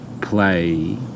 play